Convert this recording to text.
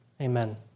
Amen